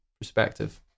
perspective